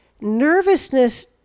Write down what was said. nervousness